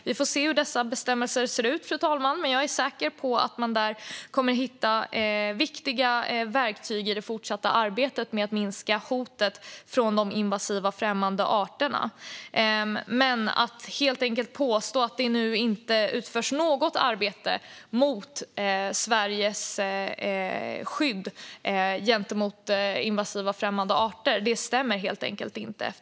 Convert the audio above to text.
Vi får se hur dessa bestämmelser ser ut, fru talman. Jag är säker på att man där kommer att hitta viktiga verktyg i det fortsatta arbetet med att minska hotet från de invasiva främmande arterna. Det stämmer helt enkelt inte som påstås att det nu inte utförs något arbete med Sveriges skydd mot invasiva främmande arter.